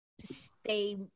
stay